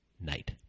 night